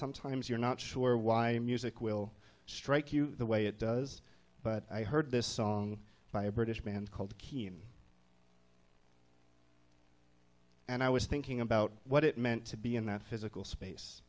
sometimes you're not sure why music will strike you the way it does but i heard this song by a british band called keane and i was thinking about what it meant to be in that physical space